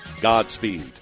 Godspeed